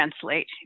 translate